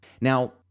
Now